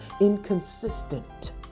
inconsistent